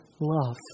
love